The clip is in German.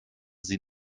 sie